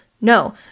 No